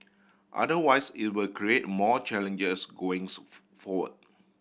otherwise it will create more challenges going so forward